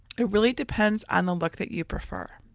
it really depends on the look that you prefer.